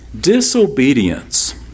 Disobedience